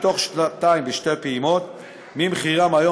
בתוך שנתיים בשתי פעימות ממחירם היום,